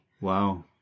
Wow